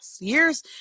years